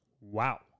Wow